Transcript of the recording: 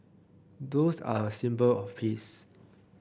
doves are a symbol of peace